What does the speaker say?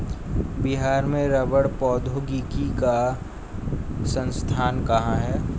बिहार में रबड़ प्रौद्योगिकी का संस्थान कहाँ है?